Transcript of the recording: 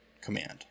command